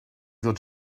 ddod